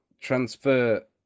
transfer